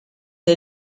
the